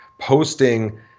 posting